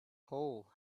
hole